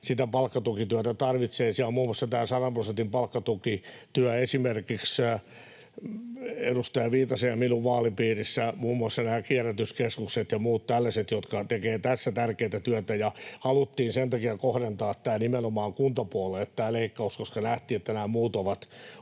sitä palkkatukityötä tarvitsevat. Siellä on muun muassa tämä sadan prosentin palkkatukityö. Esimerkiksi edustaja Viitasen ja minun vaalipiirissäni muun muassa nämä kierrätyskeskukset ja muut tällaiset tekevät tässä tärkeätä työtä, ja sen takia haluttiin kohdentaa nimenomaan kuntapuolelle tämä leikkaus, koska nähtiin, että nämä muut ovat